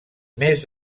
més